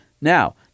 Now